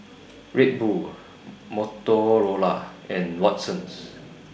Red Bull Motorola and Watsons